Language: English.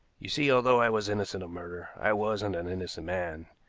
you see, although i was innocent of murder, i wasn't an innocent man.